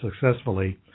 successfully